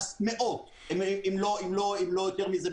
מאות, אם לא יותר מזה.